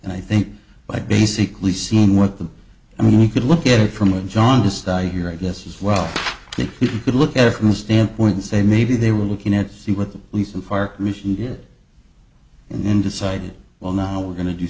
and i think by basically seeing what the i mean you could look at it from a jaundiced eye here i guess as well if you could look at it from the standpoint say maybe they were looking at see what the police and fire commission did and then decided well now we're going to do